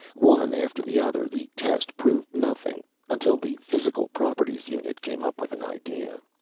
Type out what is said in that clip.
one after the other, the test proved nothing until the physical properties unit came up with an idea.